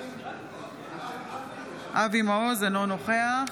אינו נוכח